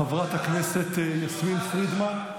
חברת הכנסת יסמין פרידמן,